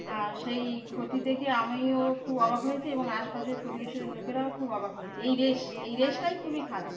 আর সেই ক্ষতি দেখে আমিও খুব অবাক হয়েছি এবং আশপাশের পরিবেশের লোকেরাও খুব অবাক হয়েছে এই রেস এই রেসটাই খুবই খারাপ